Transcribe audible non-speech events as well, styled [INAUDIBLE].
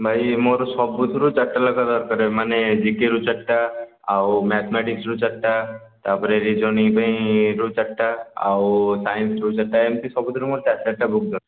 ଭାଇ ମୋର ସବୁଥିରୁ ଚାରିଟା ଲେଖାଏଁ ଦରକାର ମାନେ ଜିକେରୁ ଚାରିଟା ଆଉ ମ୍ୟାଥମେଟିକ୍ସରୁ ଚାରିଟା ତା'ପରେ ରିଜୋନିଂ ପାଇଁ [UNINTELLIGIBLE] ଚାରିଟା ଆଉ ସାଇନ୍ସରୁ ଚାରିଟା ଏମିତି ସବୁଥିରୁ ମୋର ଚାରି ଚାରିଟା ବୁକ୍ ଦରକାର